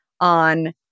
on